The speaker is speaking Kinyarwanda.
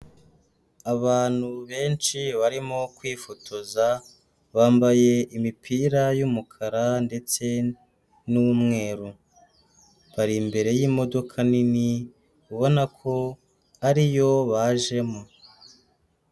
Abantu benshi barimo kwifotoza bambaye imipira y'umukara ndetse n'umweru, bari imbere y'imodoka nini ubona ko ariyo bajemo.